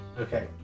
Okay